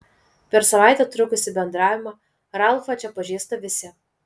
per savaitę trukusį bendravimą ralfą čia pažįsta visi